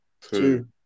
Two